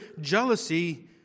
jealousy